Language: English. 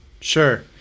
Sure